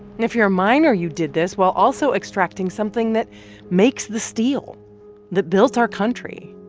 and if you're a miner, you did this while also extracting something that makes the steel that built our country,